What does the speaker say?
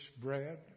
bread